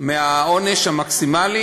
מהעונש המקסימלי,